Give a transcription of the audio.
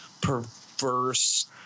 perverse